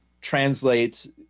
translate